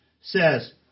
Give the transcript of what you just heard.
says